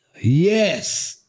Yes